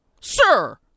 sir